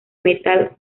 metal